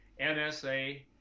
nsa